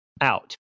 out